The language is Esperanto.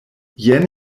jen